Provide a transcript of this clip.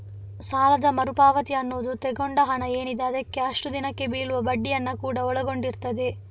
ಸಾಲದ ಮರು ಪಾವತಿ ಅನ್ನುದು ತಗೊಂಡ ಹಣ ಏನಿದೆ ಅದಕ್ಕೆ ಅಷ್ಟು ದಿನಕ್ಕೆ ಬೀಳುವ ಬಡ್ಡಿಯನ್ನ ಕೂಡಾ ಒಳಗೊಂಡಿರ್ತದೆ